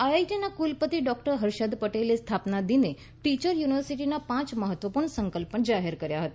આઈઆઈટીના કુલપતિ ડોક્ટર હર્ષદ પટેલે સ્થાપના દિને ટીચર યુનિવર્સિટીના પાંચ મહત્વપૂર્ણ સંકલ્પ જાહેર કર્યા હતા